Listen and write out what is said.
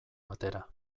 batera